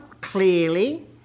clearly